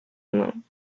alone